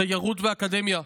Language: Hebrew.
תיירות ואקדמיה,